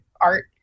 art